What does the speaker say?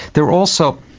there are also,